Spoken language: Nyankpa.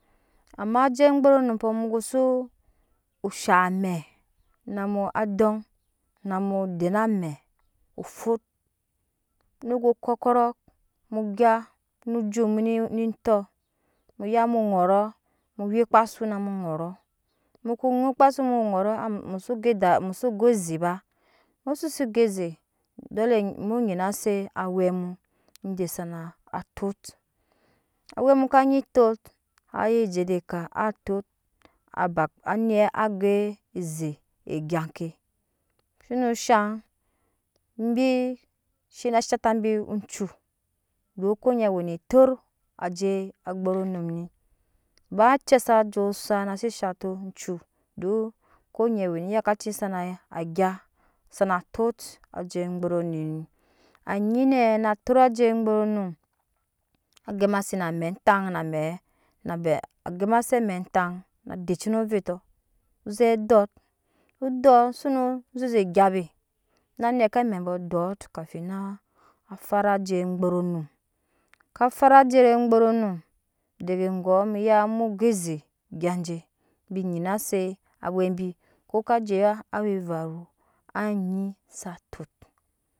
Amma ajei gburunumpɔ nuko sa shaŋ amei namu adɔɔŋ na mu den amei mu fut no go kɔkɔrok mu gya no jut mu nene etɔ muya mu gya mu wikpa azu na mu ŋɔrɔk muko wikpa sunamu ŋorɔk muso go dade muso go eze ba muso si ge eze mu dole mu nyina se awɛ mu ide zana alot awɛ mu kanyi tot anyi je ede ka atot abanet a ge eze egya ke shono zhen ebi shine na zhat tabi ocu don ko nyi we ne je ajei gburunum ni baa oce saa je osak nase shate ocu den ko nyɛ we ne ykaci sana a gya sana tot ajei gbirunumni anyinɛ na etot ajei gbururunum agema se na amɛ tan na de cit no ovetɔ ze dɔɔ zuko dɔɔ sono zeze gya be na neke amɛ bɔɔ kafi naa fara ajei gburunum ka fara ajei gburunum dege gɔɔ muya mu ge ze gyaje bi nyina se awɛ bi ko ka je awa evaru anyi sa tot